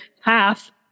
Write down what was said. half